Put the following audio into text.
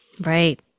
Right